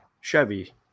Chevy